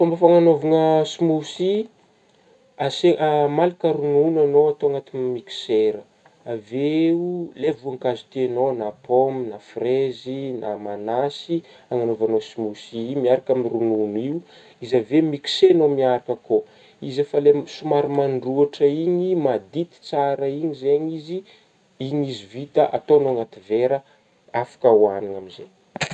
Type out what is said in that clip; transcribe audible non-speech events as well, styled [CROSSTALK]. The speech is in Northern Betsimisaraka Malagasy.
Fômba fanagnaovagna smothie asai- [HESITATION] malaka ronono ianao atao anatin'ny mixer avy eo ilay voankazo tianao na pôma na frezy na manasy anagnaovagnao io smothie miaraka amin'ny ronono io, izy avy eo mixegnao miaraka kô, izy efa ilay somary mandroatra igny madity tsara igny zegny izy, igny izy vita ataognao anaty vera afaka hoanigna amin'izay.